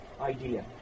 idea